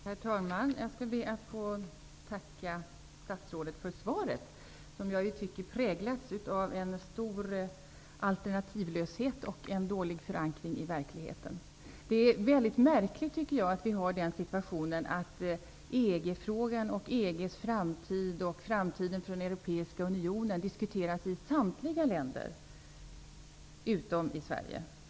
Herr talman! Jag ber att få tacka statsrådet för svaret -- som jag tycker präglas av en stor alternativlöshet och en dålig förankring i verkligheten. Det är mycket märkligt, tycker jag, att vi har den situationen att EG-frågan, framtiden för EG och för den Europeiska unionen, diskuteras i samtliga länder utom i Sverige.